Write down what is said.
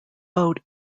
vote